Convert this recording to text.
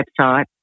website